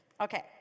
Okay